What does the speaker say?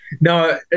No